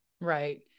Right